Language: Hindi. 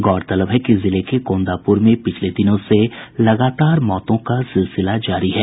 गौरतलब है कि जिले के गोंदापुर में पिछले दिनों से लगातार मौतों का सिलसिला जारी है